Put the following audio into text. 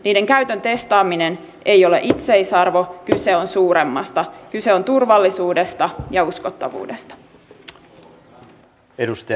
niiden käytön testaaminen ei ole itseisarvo kyse on suuremmasta kyse on turvallisuudesta ja uskottavuudesta